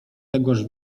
tegoż